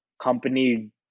company